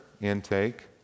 intake